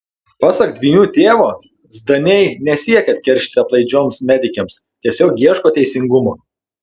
pasak dvynių tėvo zdaniai nesiekia atkeršyti aplaidžioms medikėms tiesiog ieško teisingumo